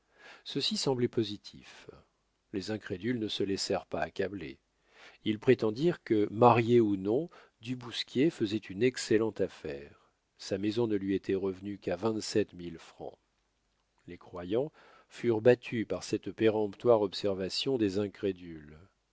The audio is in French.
ceci semblait positif les incrédules ne se laissèrent pas accabler ils prétendirent que marié ou non du bousquier faisait une excellente affaire sa maison ne lui était revenue qu'à vingt-sept mille francs les croyants furent battus par cette péremptoire observation des incrédules